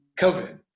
COVID